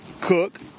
Cook